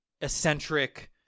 eccentric